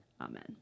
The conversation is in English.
Amen